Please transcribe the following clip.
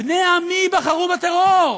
בני עמי בחרו בטרור.